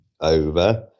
over